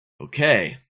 Okay